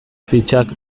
fitxak